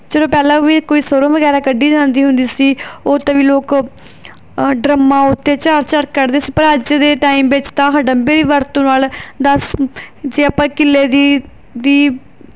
ਜਦੋਂ ਪਹਿਲਾਂ ਵੀ ਕੋਈ ਸਰ੍ਹੋਂ ਵਗੈਰਾ ਕੱਢੀ ਜਾਂਦੀ ਹੁੰਦੀ ਸੀ ਉਹ 'ਤੇ ਵੀ ਲੋਕ ਡਰੰਮਾਾਂ ਉੱਤੇ ਝਾੜ ਝਾੜ ਕੱਢਦੇ ਸੀ ਪਰ ਅੱਜ ਦੇ ਟਾਈਮ ਵਿੱਚ ਤਾਂ ਹਡੰਬੇ ਦੀ ਵਰਤੋਂ ਨਾਲ ਦਸ ਜੇ ਆਪਾਂ ਕਿੱਲੇ ਦੀ ਦੀ